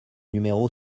numéro